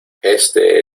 este